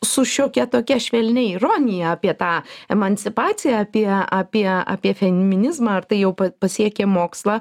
su šiokia tokia švelnia ironija apie tą emancipaciją apie apie apie feminizmą ar tai jau pasiekė mokslą